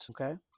okay